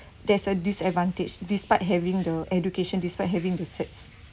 there's a disadvantage despite having the education despite having the certs